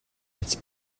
its